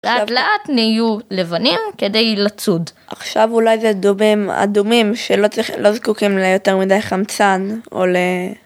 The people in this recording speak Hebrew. לאט לאט נהיו לבנים כדי לצוד. עכשיו אולי זה דובים אדומים שלא צריכים לא זקוקים ליותר מדי חמצן, או ל...